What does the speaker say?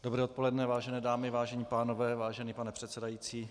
Dobré odpoledne, vážené dámy, vážení pánové, vážený pane předsedající.